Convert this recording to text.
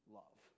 love